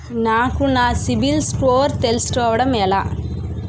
నాకు నా CIBIL score తెలుసుకోవడం ఎలా?